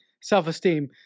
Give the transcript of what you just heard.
self-esteem